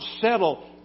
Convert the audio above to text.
settle